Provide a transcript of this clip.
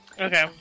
Okay